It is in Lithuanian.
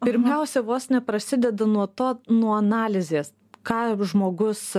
pirmiausia vos neprasideda nuo to nuo analizės ką žmogus